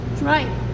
right